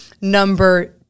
Number